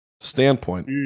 standpoint